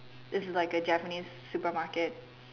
this is like a Japanese supermarket